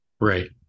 Right